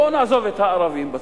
בואו נעזוב את הערבים בצד.